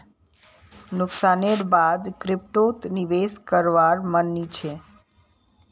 नुकसानेर बा द क्रिप्टोत निवेश करवार मन नइ छ